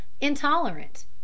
intolerant